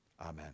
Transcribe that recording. amen